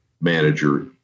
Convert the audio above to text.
manager